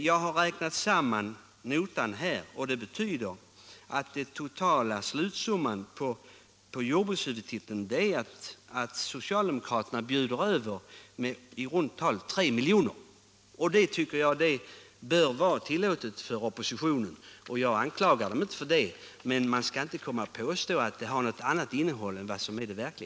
Jag har räknat ihop notan och finner att den totala slutsumman för jordbrukshuvudtiteln visar att socialdemokraterna bjuder över med i runt tal 3 milj.kr. Det tycker jag i och för sig bör vara tillåtet för oppositionen — och jag anklagar dem inte heller för det — men de skall inte komma och påstå att det finns ett annat innehåll än det som är det verkliga.